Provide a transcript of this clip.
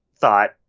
thought